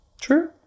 True